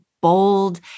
bold